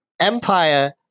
Empire